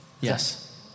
Yes